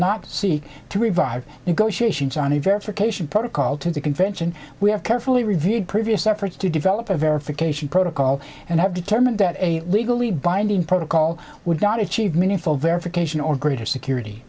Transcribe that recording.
not seek to revive negotiations on a verification protocol to the convention we have carefully reviewed previous efforts to develop a verification protocol and have determined that a legally binding protocol would not itchy meaningful verification or greater security